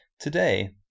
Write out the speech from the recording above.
Today